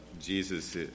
Jesus